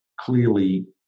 clearly